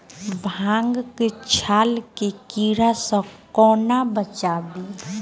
भांग केँ गाछ केँ कीड़ा सऽ कोना बचाबी?